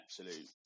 absolute